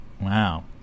Wow